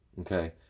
Okay